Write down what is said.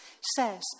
says